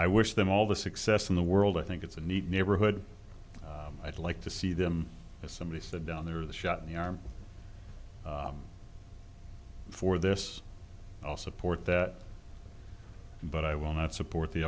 i wish them all the success in the world i think it's a neat neighborhood i'd like to see them as somebody said down there the shot in the arm for this i'll support that but i will not support the